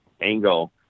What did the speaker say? angle